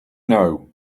know